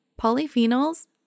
polyphenols